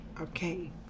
okay